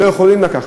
לא יכולים לקחת,